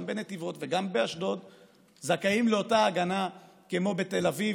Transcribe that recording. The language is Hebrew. גם בנתיבות וגם באשדוד זכאים לאותה הגנה כמו בתל אביב,